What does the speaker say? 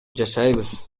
жашайбыз